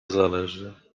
zależy